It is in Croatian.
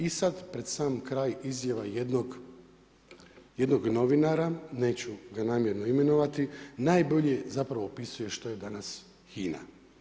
I sad pred sam kraj, izjava jednog novinara, neću ga namjerno imenovati, najbolje zapravo opisuje što je danas HINA.